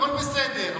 הכול בסדר.